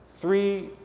three